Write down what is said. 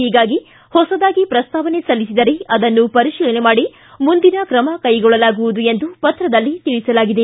ಹೀಗಾಗಿ ಹೊಸದಾಗಿ ಪ್ರಸ್ತಾವನೆ ಸಲ್ಲಿಬದರೆ ಅದನ್ನು ಪರಿಶೀಲನೆ ಮಾಡಿ ಮುಂದಿನ ಕ್ರಮ ಕೈಗೊಳ್ಳಲಾಗುವುದು ಎಂದು ಪತ್ರದಲ್ಲಿ ತಿಳಿಸಲಾಗಿದೆ